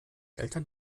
eltern